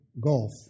gulf